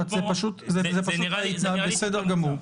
זה נראה לי --- בסדר גמור.